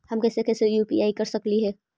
हम कैसे कैसे यु.पी.आई कर सकली हे?